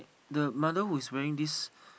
the mother who is wearing this